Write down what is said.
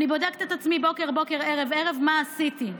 אני בודקת את עצמי בוקר-בוקר, ערב-ערב, מה עשיתי,